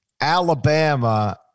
Alabama